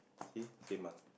see same ah